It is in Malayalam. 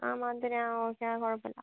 ആ മന്ത്ലി ആ ഓക്കെ കുഴപ്പം ഇല്ല